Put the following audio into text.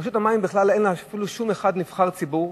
לרשות המים בכלל אין אף נבחר ציבור,